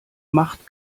macht